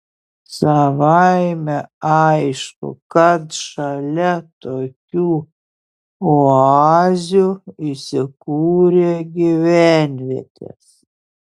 savaime aišku kad šalia tokių oazių įsikūrė gyvenvietės